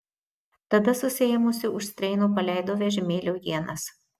tada susiėmusi už strėnų paleido vežimėlio ienas